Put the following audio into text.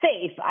Safe